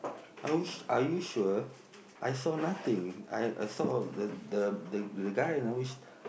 oh are you sure I saw nothing I I saw the the the guy you now wish